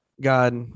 God